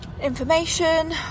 information